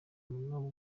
nubwo